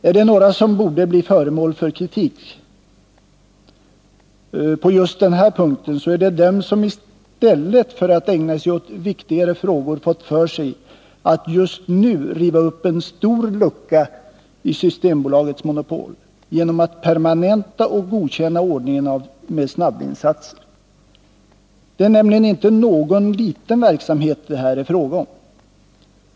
Ärdet några som borde bli föremål för kritik på just den här punkten, så är det de som i stället för att ägna sig åt viktigare frågor fått för sig att just nu riva upp en stor lucka i Systembolagets monopol genom att permanenta och godkänna ordningen med snabbvinsatser. Det är nämligen inte någon liten verksamhet det här är fråga om.